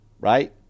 Right